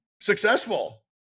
successful